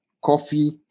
coffee